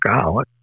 God